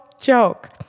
joke